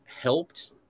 helped